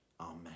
amen